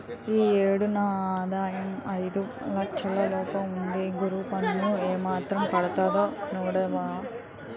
ఈ ఏడు నా ఆదాయం ఐదు లచ్చల లోపే ఉంది గురూ పన్ను ఏమాత్రం పడతాదో సూడవా